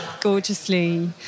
gorgeously